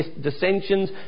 dissensions